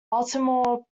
baltimore